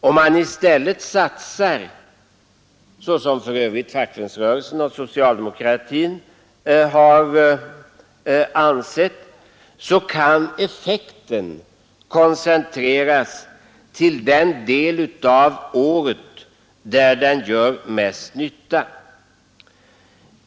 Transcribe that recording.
Om man i stället satsar på det sätt som fackföreningsrörelsen och socialdemokratin önskar, kan effekten koncentreras till den del av året där satsningen gör mest nytta.